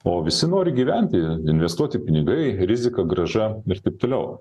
o visi nori gyventi investuoti pinigai rizika grąža ir taip toliau